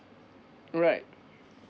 alright